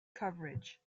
coverage